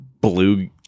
blue